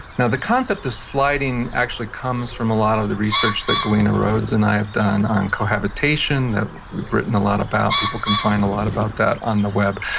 now, the concept of sliding actually comes from a lot of the research that galena rhoades and i have done on cohabitation that we've written a lot about. people can find a lot about that on the web,